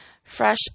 fresh